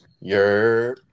Yer